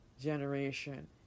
generation